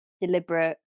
deliberate